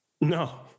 No